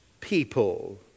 people